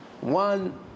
one